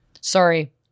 Sorry